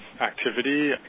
activity